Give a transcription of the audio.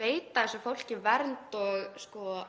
veita þessu fólki vernd og